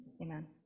amen